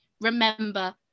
remember